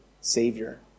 Savior